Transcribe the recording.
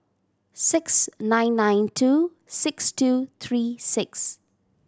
six nine nine two six two three six